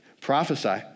prophesy